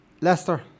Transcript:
Leicester